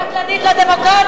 קטלני לדמוקרטיה.